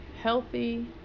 healthy